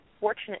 fortunate